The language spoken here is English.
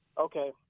Okay